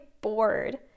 bored